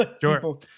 Sure